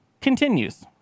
Continues